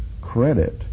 credit